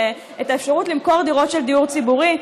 האפשרות למכור דירות של הדיור ציבורי,